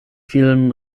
vielen